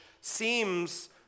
seems